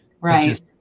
right